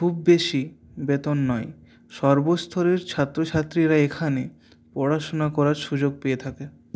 খুব বেশি বেতন নয় সর্বস্তরের ছাত্রছাত্রীরা এখানে পড়াশুনা করার সুযোগ পেয়ে থাকে